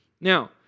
Now